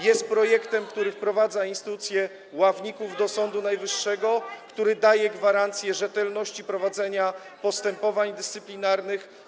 jest projektem, który wprowadza instytucję ławników do Sądu Najwyższego, który daje gwarancję rzetelności prowadzenia postępowań dyscyplinarnych.